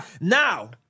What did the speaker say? Now